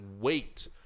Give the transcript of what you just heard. wait